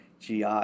GI